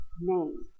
name